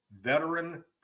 veteran